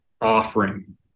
offering